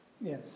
Yes